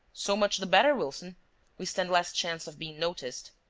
so much the better, wilson we stand less chance of being noticed.